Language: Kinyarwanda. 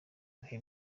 bihe